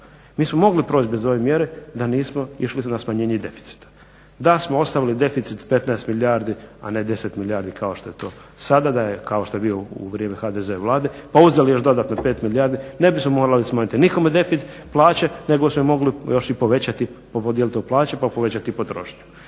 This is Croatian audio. mi smo mogli proć bez ove mjere da nismo išli na smanjenje deficita, da smo ostavili deficit 15 milijardi a ne 10 milijardi kao što je to sada. Kao što je bio u vrijeme HDZ-e Vlade pa uzeli još dodatne 5 milijarde ne bi se morale smanjiti nikome plaće nego smo mogli još povećati pa podijeliti to po plaće pa povećati potrošnju.